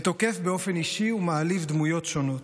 תוקף באופן אישי ומעליב דמויות שונות.